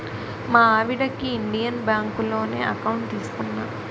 మా ఆవిడకి ఇండియన్ బాంకులోనే ఎకౌంట్ తీసుకున్నా